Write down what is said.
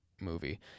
movie